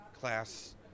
class